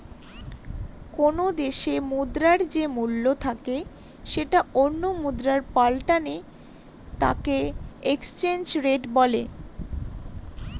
কোনো দেশে মুদ্রার যে মূল্য থাকে সেটা অন্য মুদ্রায় পাল্টালে তাকে এক্সচেঞ্জ রেট বলে